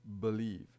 believe